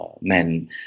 men